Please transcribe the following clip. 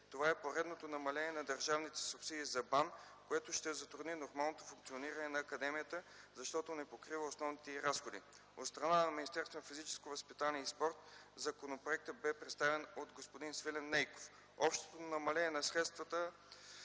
това е поредното намаление на държавните субсидии за БАН, което ще затрудни нормалното функциониране на академията, защото не покрива основните й разходи. От страна на Министерството на физическото възпитание и спорта законопроектът бе представен от господин Свилен Нейков. Общото намаление на средствата